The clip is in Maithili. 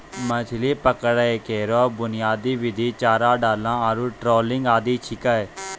मछरी पकड़ै केरो बुनियादी विधि चारा डालना आरु ट्रॉलिंग आदि छिकै